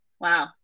Wow